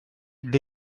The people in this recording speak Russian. для